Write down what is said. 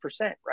right